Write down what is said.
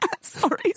Sorry